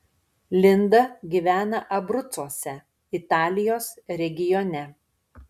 linda gyvena abrucuose italijos regione